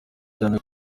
cyane